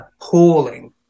appalling